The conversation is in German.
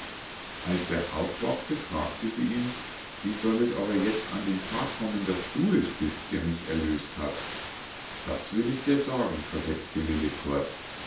als er aufwachte fragte sie ihn wie soll es aber jetzt an den tag kommen daß du es bist der mich erlös't hat das will ich dir sagen versetzte